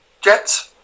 Jets